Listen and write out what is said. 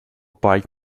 pike